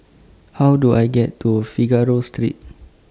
How Do I get to Figaro Street